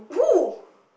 who